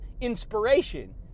inspiration